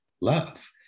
love